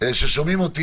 ששומעים אותי,